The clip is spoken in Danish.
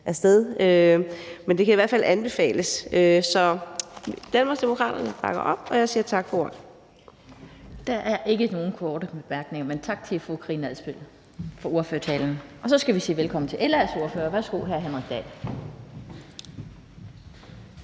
af sted. Det kan i hvert fald anbefales. Så Danmarksdemokraterne bakker op, og jeg siger tak for ordet. Kl. 14:56 Den fg. formand (Annette Lind): Der er ikke nogen korte bemærkninger, og tak til fru Karina Adsbøl for ordførertalen. Så skal vi sige velkommen til LA's ordfører. Værsgo, hr. Henrik Dahl.